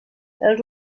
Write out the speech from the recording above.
els